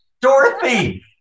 Dorothy